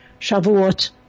Shavuot